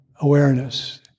awareness